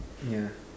yeah